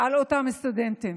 על אותם סטודנטים,